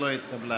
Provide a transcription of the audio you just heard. התקבלה.